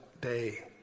day